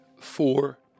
four